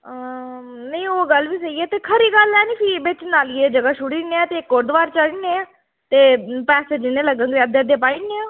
हां नेईं ओह् गल्ल बी स्हेई ऐ ते खरी गल्ल ऐ निं फ्ही बिच नालिये ई जगह् छुड़ी दिन्नेआं ते इक होर दवार चाढ़ी ओड़ने ते पैसे जिन्ने लग्गगे अद्धे अद्धे पाई ओड़नेआं